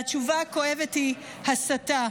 והתשובה הכואבת היא הסתה,